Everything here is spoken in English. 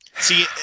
See